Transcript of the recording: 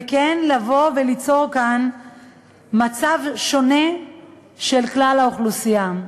וכן לבוא וליצור כאן מצב שונה של כלל האוכלוסייה,